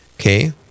okay